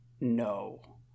No